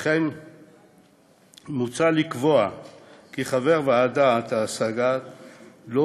וכן מוצע לקבוע כי חבר ועדת ההשגה לא